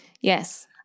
Yes